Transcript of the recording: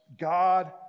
God